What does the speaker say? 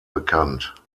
bekannt